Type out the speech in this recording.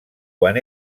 quan